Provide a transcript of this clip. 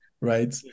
right